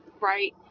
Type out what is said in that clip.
right